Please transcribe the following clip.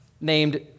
named